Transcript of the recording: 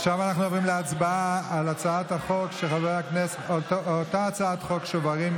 עכשיו אנחנו עוברים להצבעה על אותה הצעת חוק שוברים,